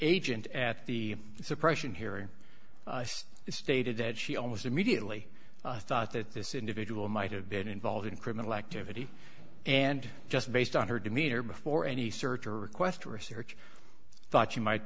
agent at the suppression hearing it stated that she almost immediately thought that this individual might have been involved in criminal activity and just based on her demeanor before any search or request research thought she might